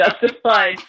Justified